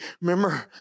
Remember